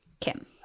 Kim